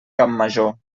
campmajor